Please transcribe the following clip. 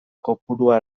kopurua